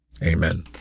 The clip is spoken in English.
Amen